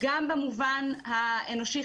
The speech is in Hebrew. גם במובן האנושי,